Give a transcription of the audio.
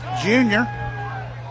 junior